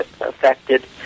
affected